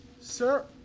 Sir